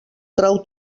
trau